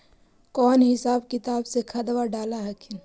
कौन हिसाब किताब से खदबा डाल हखिन?